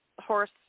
horse